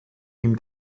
ihm